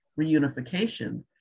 reunification